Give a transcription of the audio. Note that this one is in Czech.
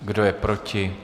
Kdo je proti?